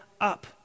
up